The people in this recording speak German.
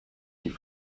die